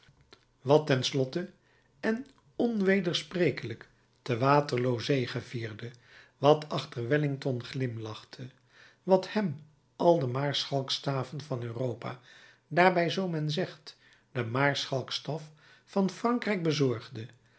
wat ten slotte en onwedersprekelijk te waterloo zegevierde wat achter wellington glimlachte wat hem al de maarschalksstaven van europa daarbij zoo men zegt den maarschalksstaf van frankrijk bezorgde